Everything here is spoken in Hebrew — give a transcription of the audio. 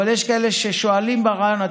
אבל יש ששואלים כאלה בריאיון: